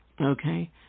okay